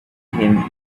him